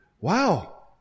Wow